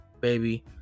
baby